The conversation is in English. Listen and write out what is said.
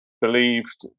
believed